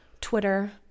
Twitter